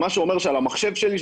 מה שאומר שעל המחשב שלי,